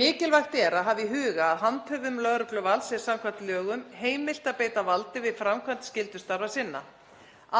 Mikilvægt er að hafa í huga að handhöfum lögregluvalds er samkvæmt lögum heimilt að beita valdi við framkvæmd skyldustarfa sinna.